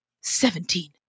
Seventeen